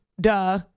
duh